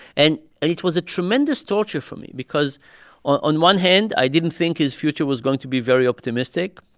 and and it was a tremendous torture for me because on one hand, i didn't think his future was going to be very optimistic.